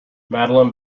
madeline